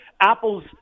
Apple's